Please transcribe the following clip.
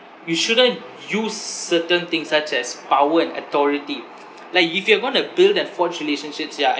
you shouldn't use certain things such as power and authority like you if you're going to build and forge relationships ya I